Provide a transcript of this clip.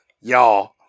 Y'all